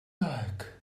like